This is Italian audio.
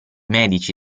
medici